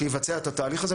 שיבצע את התהליך הזה,